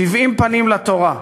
"שבעים פנים לתורה",